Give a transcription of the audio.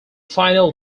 final